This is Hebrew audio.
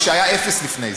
מה שהיה אפס לפני זה.